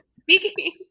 Speaking